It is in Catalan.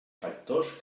factors